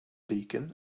beacon